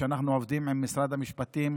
אנחנו עובדים עם משרד המשפטים